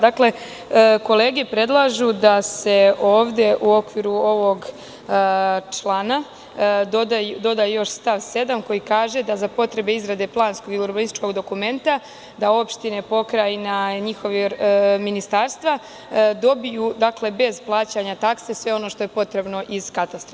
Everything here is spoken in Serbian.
Dakle, kolege predlažu da se ovde u okviru ovog člana doda još stav 7. koji kaže – za potrebe izrade planskog i urbanističkog dokumenta, opštine, pokrajina, ministarstva, dobiju bez plaćanja takse, sve ono što je potrebno iz katastra.